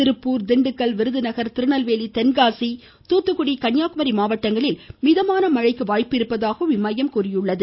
திருப்பூர் திண்டுக்கல் விருதுநகர் திருநெல்வேலி தென்காசி தூத்துக்குடி கன்னியாகுமரி மாவட்டங்களில் மிதமான மழை பெய்ய வாய்ப்பிருப்பதாகவும் இம்மையம் கூறியுள்ளது